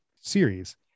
series